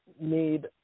need